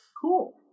Cool